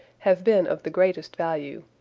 have been of the greatest value.